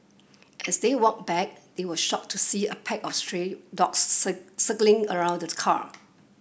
as they walked back they were shocked to see a pack of stray dogs circling around the car